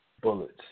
bullets